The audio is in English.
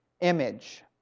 image